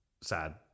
sad